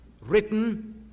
written